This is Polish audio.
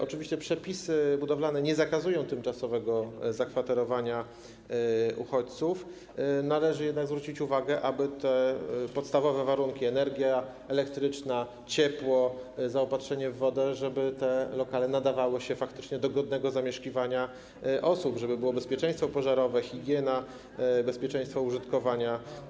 Oczywiście przepisy budowlane nie zakazują tymczasowego zakwaterowania uchodźców, należy jednak zwrócić uwagę na podstawowe warunki: energia elektryczna, ciepło, zaopatrzenie w wodę; żeby te lokale faktycznie nadawały się do godnego zamieszkiwania osób, żeby było bezpieczeństwo pożarowe, higiena i bezpieczeństwo użytkowania.